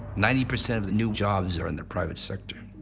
ninety percent of the new jobs are in the private sector,